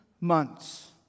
months